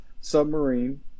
submarine